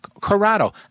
Corrado